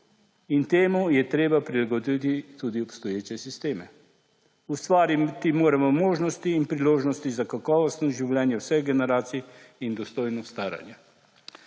in temu je treba prilagoditi tudi obstoječe sisteme. Ustvariti moramo možnosti in priložnosti za kakovostno življenje vseh generacij in dostojno staranje.